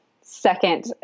second